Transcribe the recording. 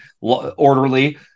orderly